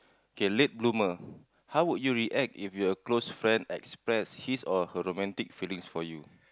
K late bloomer how would you react if your close friend express his or her romantic feelings for you